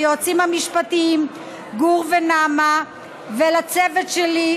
ליועצים המשפטיים גור ונעמה ולצוות שלי,